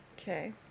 Okay